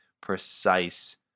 precise